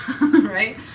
right